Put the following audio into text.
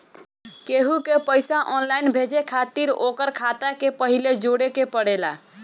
केहू के पईसा ऑनलाइन भेजे खातिर ओकर खाता के पहिले जोड़े के पड़ेला